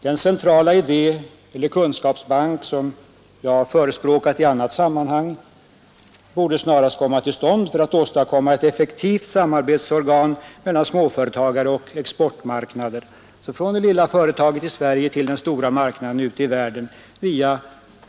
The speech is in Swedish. Den centrala kunskapsbank som jag förespråkat i annat sammanhang borde snarast komma till stånd såsom ett effektivt organ för samarbetet mellan småföretagare och exportmarknaden — från det lilla företaget i Sverige till den stora marknaden ute i världen.